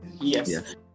yes